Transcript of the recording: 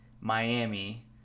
Miami